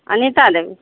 Anita Devi